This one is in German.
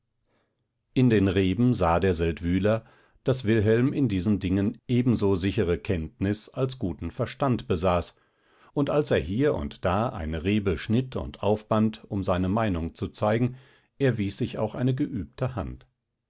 in den reben sah der seldwyler daß wilhelm in diesen dingen ebenso sichere kenntnis als guten verstand besaß und als er hier und da eine rebe schnitt und aufband um seine meinung zu zeigen erwies sich auch eine geübte hand